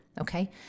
Okay